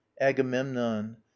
Agamemnon